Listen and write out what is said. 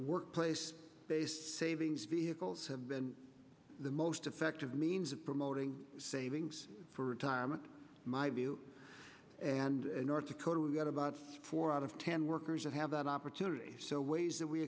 workplace based savings vehicles have been the most effective means of promoting savings for retirement my view and north dakota we've got about four out of ten workers that have that opportunity so ways that we